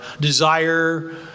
desire